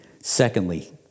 Secondly